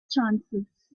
chances